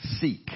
seek